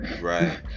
Right